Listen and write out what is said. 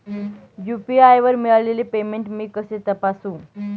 UPI वर मिळालेले payment मी कसे तपासू?